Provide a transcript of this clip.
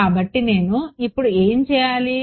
కాబట్టి నేను ఇప్పుడు ఏమి చేయాలి